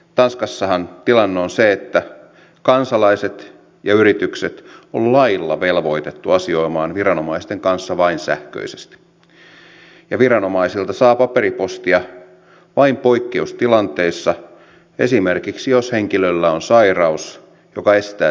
tanskassahan tilanne on se että kansalaiset ja yritykset on lailla velvoitettu asioimaan viranomaisten kanssa vain sähköisesti ja viranomaisilta saa paperipostia vain poikkeustilanteissa esimerkiksi jos henkilöllä on sairaus joka estää tietokoneen käytön